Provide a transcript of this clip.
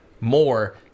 more